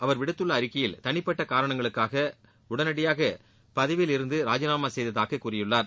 அவர் விடுத்துள்ள அறிக்கையில் தனிப்பட்ட காரணங்களுக்காக உடனடியாக பதவியில் இருந்து ராஜினாமா செய்ததாக கூறியுள்ளார்